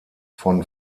von